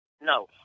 No